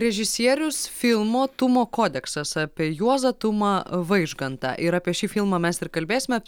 režisierius filmo tumo kodeksas apie juozą tumą vaižgantą ir apie šį filmą mes ir kalbėsime